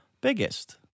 biggest